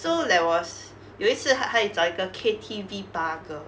so there was 有一次他有找一个 K_T_V bar girl